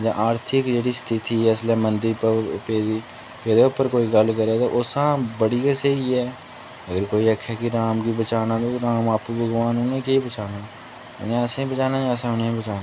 जां आर्थिक जेह्ड़ी स्थिति ऐ इसलै मंदी पेदी एह्दे उप्पर कोई गल्ल करै ते ओह् सां बड़ी गै स्हेई ऐ अगर कोई आक्खै गी राम गी बचाना ते राम आपूं भगवान ऐ उ'नेंगी केह् बचाना उ'नें असेंगी बचाना जां असें उ'नेंगी बचाना